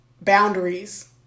boundaries